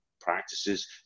practices